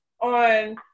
on